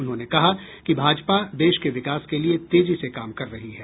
उन्होंने कहा कि भाजपा देश के विकास के लिए तेजी से काम कर रही है